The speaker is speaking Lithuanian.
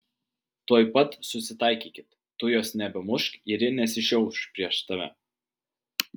tuoj pat susitaikykit tu jos nebemušk ir ji nesišiauš prieš tave